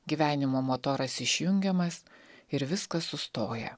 gyvenimo motoras išjungiamas ir viskas sustoja